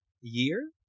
year